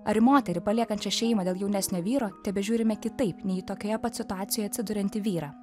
ar moterį paliekančią šeimą dėl jaunesnio vyro tebežiūrime kitaip nei tokioje pat situacijoje atsidurianti vyrą